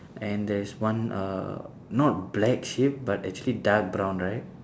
and there's one uh not black sheep but actually dark brown right